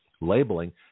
labeling